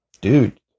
Dude